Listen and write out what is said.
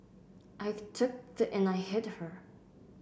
I took the and I hit her